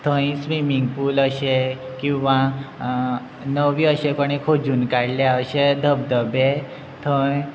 थंय swimming pool अशे किंवां नवी अशें कोणें खोजून काडल्या अशे धबधबे थंय